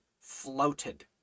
floated